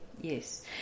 Yes